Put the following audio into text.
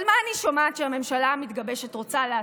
אבל מה אני שומעת שהממשלה המתגבשת רוצה לעשות?